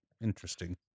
Interesting